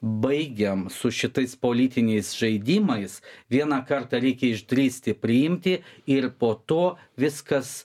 baigiam su šitais politiniais žaidimais vieną kartą reikia išdrįsti priimti ir po to viskas